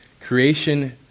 creation